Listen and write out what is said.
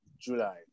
July